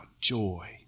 joy